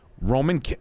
Roman